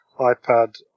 iPad